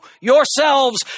yourselves